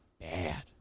bad